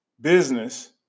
business